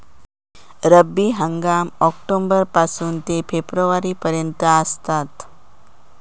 रब्बी हंगाम ऑक्टोबर पासून ते फेब्रुवारी पर्यंत आसात